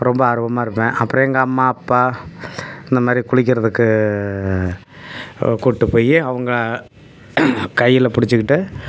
ரொம்ப ஆர்வமாக இருப்பேன் அப்புறம் எங்கள் அம்மா அப்பா இந்த மாதிரி குளிக்கிறதுக்கு கூட்டுப் போய் அவங்க கையில் பிடிச்சிக்கிட்டு